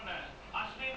err யாரு:yaaru miya